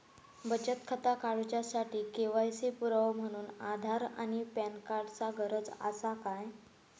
बचत खाता काडुच्या साठी के.वाय.सी पुरावो म्हणून आधार आणि पॅन कार्ड चा गरज आसा काय?